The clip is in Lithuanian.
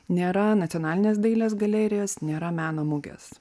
nėra nacionalinės dailės galerijos nėra meno mugės